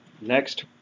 next